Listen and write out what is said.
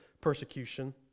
persecution